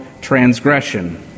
transgression